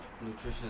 nutrition